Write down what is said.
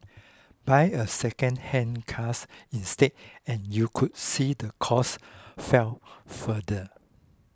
buy a second hand cars instead and you could see the costs fell further